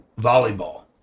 volleyball